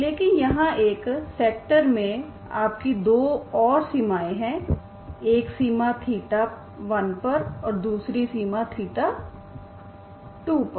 लेकिन यहाँ एक सेक्टर में आपकी दो और सीमाएँ हैं एक सीमा 1 परऔर दूसरी सीमा 2पर